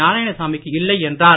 நாராயணசாமி க்கு இல்லை என்றார்